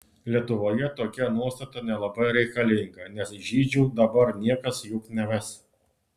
lietuvoje tokia nuostata nelabai reikalinga nes žydžių dabar niekas juk neves